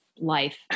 life